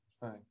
Right